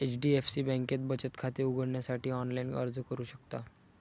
HDFC बँकेत बचत खाते उघडण्यासाठी ऑनलाइन अर्ज करू शकता